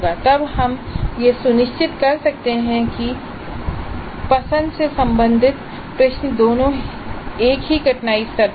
तब हम यह सुनिश्चित कर सकते हैं कि पसंद से संबंधित प्रश्न दोनों एक ही कठिनाई स्तर पर हों